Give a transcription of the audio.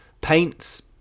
paints